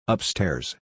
Upstairs